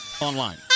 online